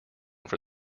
for